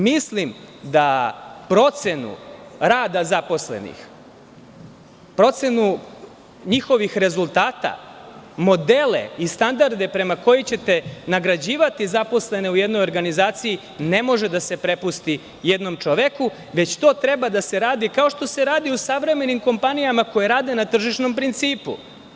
Mislim da procenu rada zaposlenih, procenu njihovih rezultata, modele i standarde prema kojima ćete nagrađivati zaposlene u jednoj organizaciji ne može da se prepusti jednom čoveku, već to treba da se radi kao što se radi u savremenim kompanijama, koje rade na tržišnom principu.